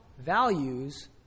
values